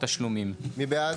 הצבעה בעד